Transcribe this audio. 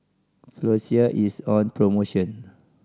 Floxia is on promotion